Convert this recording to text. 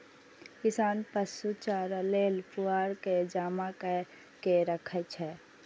किसान पशु चारा लेल पुआर के जमा कैर के राखै छै